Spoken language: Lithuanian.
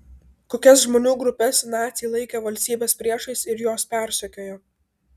kokias žmonių grupes naciai laikė valstybės priešais ir juos persekiojo